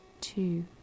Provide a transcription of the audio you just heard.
two